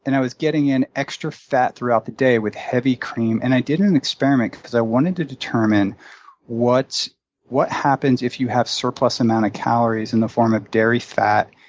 and i was getting in extra fat throughout the day with heavy cream, and i did an experiment because i wanted to determine what what happens if you have surplus amount of calories in the form of dairy fat,